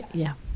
yeah.